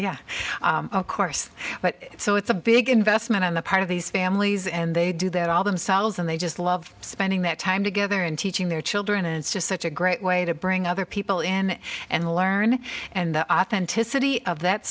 yeah of course but so it's a big investment on the part of these families and they do that all themselves and they just love spending their time together and teaching their children and it's just such a great way to bring other people in and learn and the authenticity of that